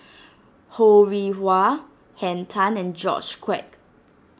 Ho Rih Hwa Henn Tan and George Quek